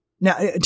Now